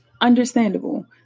Understandable